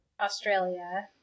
Australia